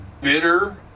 bitter